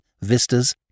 vistas